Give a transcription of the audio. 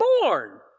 born